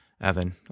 evan